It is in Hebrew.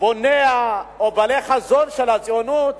בוניה או בעלי החזון של הציונות